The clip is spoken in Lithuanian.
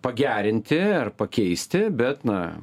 pagerinti ar pakeisti bet na